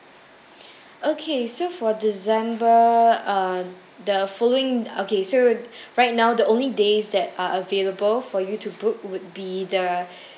okay so for december uh the following okay so right now the only days that are available for you to book would be the